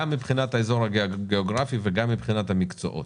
גם מבחינת האזור הגיאוגרפי וגם מבחינת המקצועות.